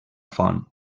font